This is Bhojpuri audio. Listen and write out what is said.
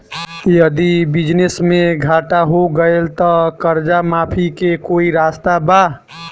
यदि बिजनेस मे घाटा हो गएल त कर्जा माफी के कोई रास्ता बा?